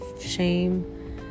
Shame